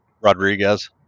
Rodriguez